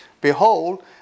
Behold